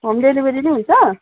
home delivery नि हुन्छ